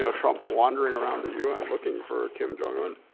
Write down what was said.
so trump wandering around the un looking for kim jong-un.